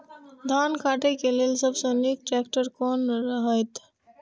धान काटय के लेल सबसे नीक ट्रैक्टर कोन रहैत?